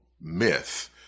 myth